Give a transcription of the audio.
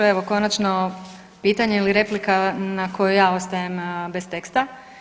Evo konačno pitanje ili replika na kojoj ja ostajem bez teksta.